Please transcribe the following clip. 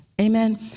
Amen